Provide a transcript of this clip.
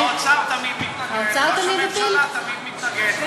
האוצר תמיד מתנגד, ראש הממשלה תמיד מתנגד.